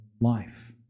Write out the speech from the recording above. life